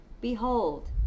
Behold